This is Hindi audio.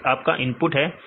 X आपका इनपुट है